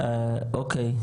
אוקי,